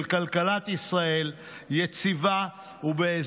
כלכלת ישראל יציבה ואיתנה,